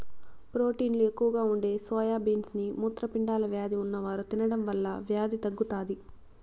ప్రోటీన్లు ఎక్కువగా ఉండే సోయా బీన్స్ ని మూత్రపిండాల వ్యాధి ఉన్నవారు తినడం వల్ల వ్యాధి తగ్గుతాది